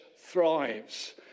thrives